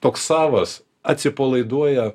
toks savas atsipalaiduoja